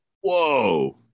Whoa